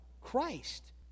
Christ